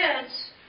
kids